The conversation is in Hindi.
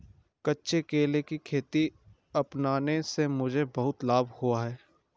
कच्चे केले की खेती अपनाने से मुझे बहुत लाभ हुआ है